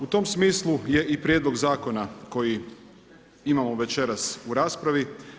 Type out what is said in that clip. U tom smislu je i Prijedlog zakona koji imamo večeras u raspravi.